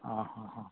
आं हां